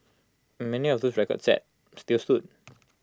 and many of those records set still stood